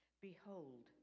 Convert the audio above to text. behold